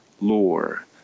Lore